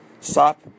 Stop